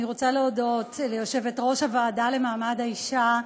אני רוצה להודות ליושבת-ראש הוועדה למעמד האישה,